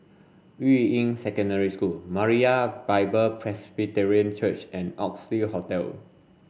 Yuying Secondary School Moriah Bible Presby Church and Oxley Hotel